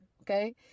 Okay